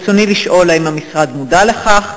רצוני לשאול: 1. האם המשרד מודע לכך?